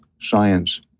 science